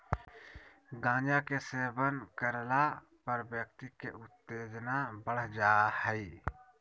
गांजा के सेवन करला पर व्यक्ति के उत्तेजना बढ़ जा हइ